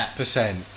percent